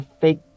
fake